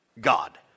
God